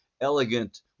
elegant